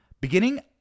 Beginning